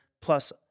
plus